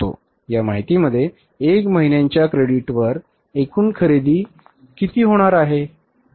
या माहितीमध्ये 1 महिन्यांच्या क्रेडिटवर एकूण खरेदी किती होणार आहे